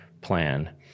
Plan